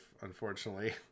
unfortunately